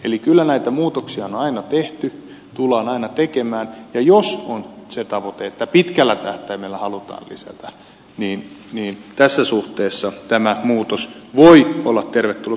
eli kyllä näitä muutoksia on aina tehty tullaan aina tekemään ja jos on se tavoite että pitkällä tähtäimellä halutaan lisätä niin tässä suhteessa tämä muutos voi olla tervetullut